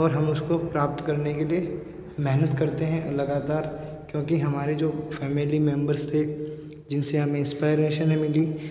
और हम उसको प्राप्त करने के लिए मेहनत करते हैं लगातार क्योंकि हमारे जो फैमिली मेंबर्स थे जिनसे हमें इंस्पायरेशनें मिली